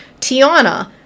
tiana